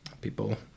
people